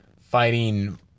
fighting